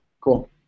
Cool